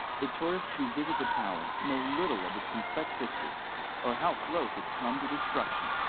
the tourists who visit the tower know little of its complex history or how close it's come to destruction.